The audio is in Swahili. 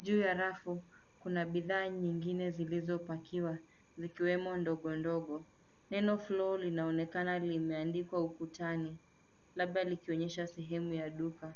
Juu ya rafu, kuna bidhaa nyingine zilizopakiwa zikiwemo ndogo, ndogo. Neno floor linaonekana limeandikwa utukani, labda likionyesha sehemu ya duka.